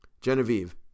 Genevieve